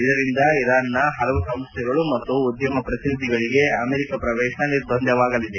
ಇದರಿಂದ ಇರಾನ್ನ ಹಲವು ಸಂಸ್ಲೆಗಳು ಮತ್ತು ಉದ್ಲಮ ಪ್ರತಿನಿಧಿಗಳಿಗೆ ಅಮೆರಿಕ ಪ್ರವೇಶ ನಿರ್ಬಂಧವಾಗಲಿದೆ